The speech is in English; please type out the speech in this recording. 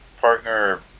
partner